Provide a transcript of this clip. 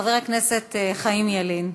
חבר הכנסת חיים ילין.